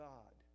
God